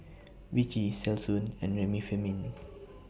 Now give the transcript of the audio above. Vichy Selsun and Remifemin